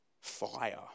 Fire